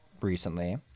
recently